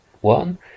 one